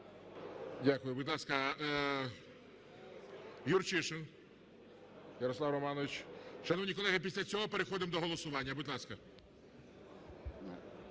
Дякую. Будь ласка, Юрчишин Ярослав Романович. Шановні колеги, після цього переходимо до голосування. Будь ласка.